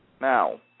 Now